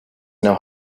know